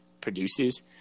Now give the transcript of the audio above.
produces